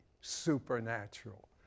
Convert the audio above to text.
supernatural